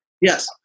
Yes